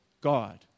God